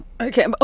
Okay